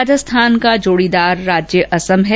राजस्थान का जोड़ीदार राज्य असम है